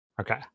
Okay